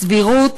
סבירות.